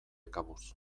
kabuz